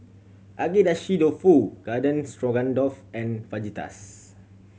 Agedashi Dofu Garden Stroganoff and Fajitas